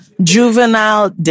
juvenile